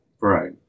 Right